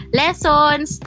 lessons